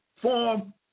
form